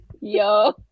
Yo